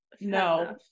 no